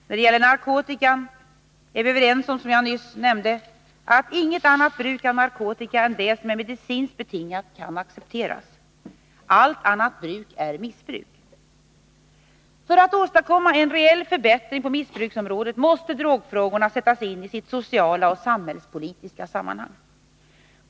När det gäller narkotikan är vi, som jag nyss nämnde, överens om att inget annat bruk av narkotika än det som är medicinskt betingat kan accepteras. Allt annat bruk är missbruk. För att åstadkomma en reell förbättring på missbruksområdet måste drogfrågorna sättas in i sitt sociala och samhällspolitiska sammanhang.